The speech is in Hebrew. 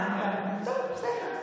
זה לא במשרד שלי.